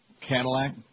Cadillac